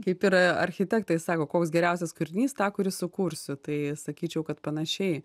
kaip ir architektai sako koks geriausias kūrinys tą kurį sukursiu tai sakyčiau kad panašiai